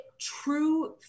true